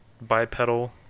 bipedal